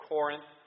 Corinth